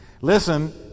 listen